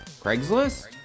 Craigslist